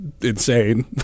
insane